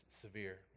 severe